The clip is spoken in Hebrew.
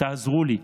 תעזרו לי.